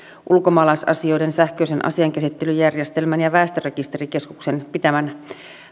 ulkomaalaisasioiden sähköisen asiainkäsittelyjärjestelmän ja väestörekisterikeskuksen pitämän